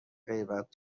غیبت